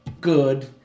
good